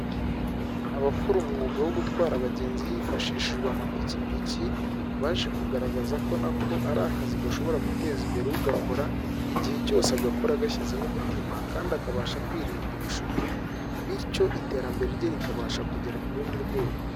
Abakora umwuga wo gutwara abagenzi hifashishijwe amapikipiki baje kugaragaza ko nako ari akazi gashobora guteza imbere ugakora igihe cyose agakora agashyizeho umutima kandi akabasha kwirinda ibishuko bityo iterambere rye rikabasha kugera kurundi rwego.